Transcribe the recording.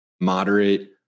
moderate